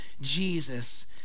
Jesus